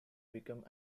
became